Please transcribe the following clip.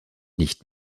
nicht